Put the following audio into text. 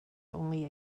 only